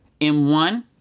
M1